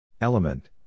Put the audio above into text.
Element